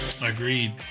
agreed